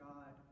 God